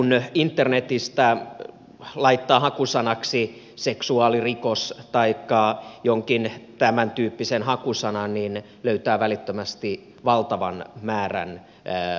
kun internetissä laittaa hakusanaksi seksuaalirikoksen taikka jonkin tämäntyyppisen hakusanan löytää välittömästi valtavan määrän hakutuloksia